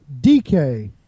DK